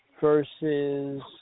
versus